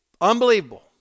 Unbelievable